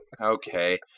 Okay